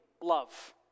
love